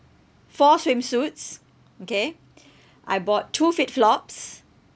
four swimsuits okay I bought two fit flops